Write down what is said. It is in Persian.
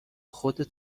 خودت